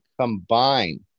combine